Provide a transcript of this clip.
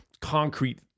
concrete